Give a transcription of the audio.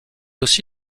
aussi